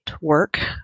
work